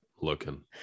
looking